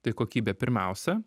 tai kokybė pirmiausia